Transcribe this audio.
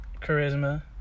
Charisma